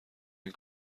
این